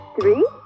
three